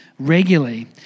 regularly